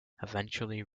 eventually